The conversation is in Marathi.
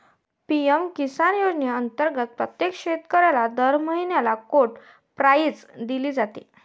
पी.एम किसान योजनेअंतर्गत प्रत्येक शेतकऱ्याला दर महिन्याला कोड प्राईज दिली जाते